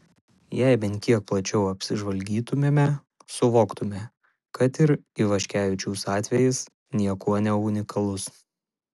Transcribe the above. jei bent kiek plačiau apsižvalgytumėme suvoktume kad ir ivaškevičiaus atvejis niekuo neunikalus